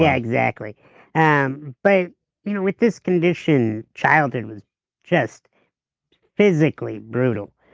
yeah exactly and but you know with this condition, childhood was just physically brutal.